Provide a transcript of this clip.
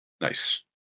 nice